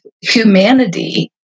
humanity